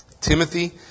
Timothy